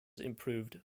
improved